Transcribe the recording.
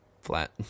flat